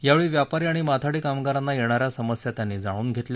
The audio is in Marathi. यावेळी व्यापारी आणि माथाडी कामगारांना येणाऱ्या समस्या त्यांनी जाणून धेतल्या